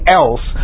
else